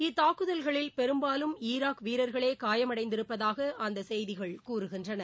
இத்தாக்குதல்களில் பெரும்பாலும் ஈராக் வீரர்களே காயமடைந்திருப்பதாக அந்த செய்திகள் கூறுகின்றன